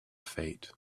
fate